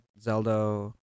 Zelda